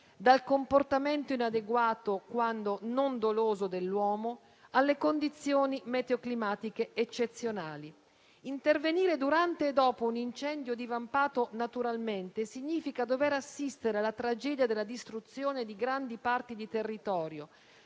dal comportamento inadeguato, quando non doloso, dell'uomo, alle condizioni meteo climatiche eccezionali. Intervenire durante e dopo un incendio divampato naturalmente significa dover assistere alla tragedia della distruzione di grandi parti di territorio,